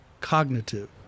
cognitive